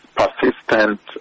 persistent